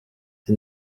izi